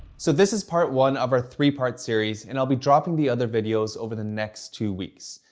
so this is part one of our three-part series and i'll be dropping the other videos over the next two weeks.